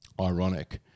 ironic